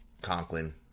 conklin